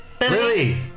Lily